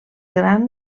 gran